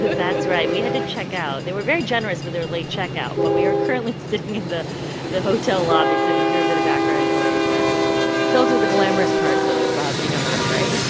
that's right. we had to check out. they were very generous with their late checkout, but we are currently sitting in the the hotel lobby. so if you hear a bit of background noise, that's what it is those are the glamorous parts of being on the road, right?